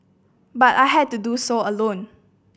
but I had to do so alone